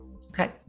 Okay